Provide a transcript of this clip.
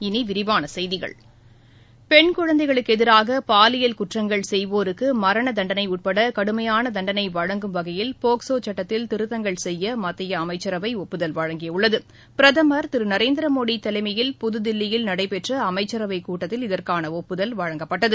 இனி விரிவான செய்திகள் பெண் குழந்தைகளுக்கு எதிராக பாலியல் குற்றங்கள் செய்வோருக்கு மரண தண்டனை உட்பட கடுமையான தண்டனை வழங்கும் வகையில் போக்சோ சுட்டத்தில் திருத்தங்கள் செய்ய மத்திய அமைச்சரவை ஒப்புதல் வழங்கியுள்ளது பிரதமர் திரு நரேந்திர மோடி தலைமையில் புதுதில்லியில் நடைபெற்ற அமைச்சரவைக்கூட்டத்தில் இதற்கான ஒப்புதல் வழங்கப்பட்டது